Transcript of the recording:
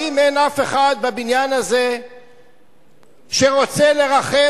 האם אין אף אחד בבניין הזה שרוצה לרחם